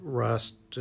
rust